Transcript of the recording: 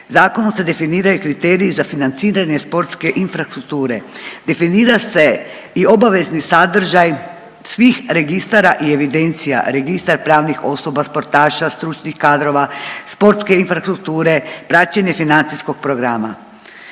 zakonom se definiraju i kriteriji za financiranje sportske infrastrukture, definira se i obavezni sadržaj svih registara i evidencija, registar pravnih osoba, sportaša, stručnih kadrova, sportske infrastrukture i praćenje financijskog programa.